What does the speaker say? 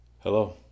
Hello